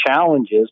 challenges